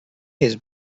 his